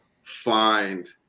find